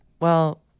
well-